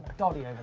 doddy over